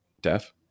deaf